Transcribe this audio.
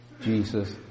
Jesus